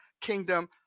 kingdom